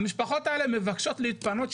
המשפחות האלה מבקשות להתפנות,